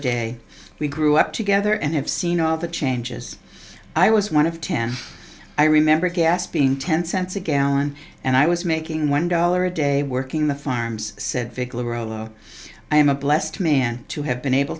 day we grew up together and have seen all the changes i was one of ten i remember gas being ten cents a gallon and i was making one dollar a day working the farms said i am a blessed man to have been able